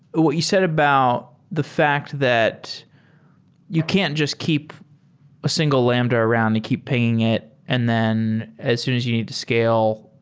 what you said about the fact that you can't just keep a single lambda around and keep paying it. and then as soon as you need to scale,